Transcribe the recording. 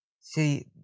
See